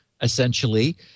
essentially